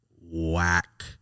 Whack